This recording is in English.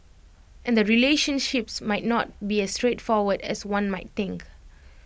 and the relationships might not be as straightforward as one might think